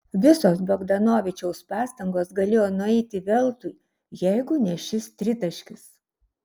visos bogdanovičiaus pastangos galėjo nueiti veltui jeigu ne šis tritaškis